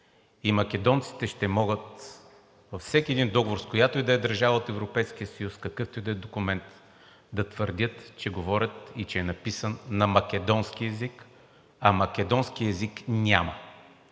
и македонците ще могат във всеки един договор, с която и да е държава от Европейския съюз и в какъвто и да е документ да твърдят, че говорят и че е написан на македонски език, а македонски език няма.